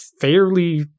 fairly